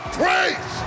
praise